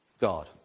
God